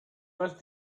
was